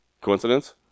Coincidence